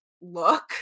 look